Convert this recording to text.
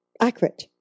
accurate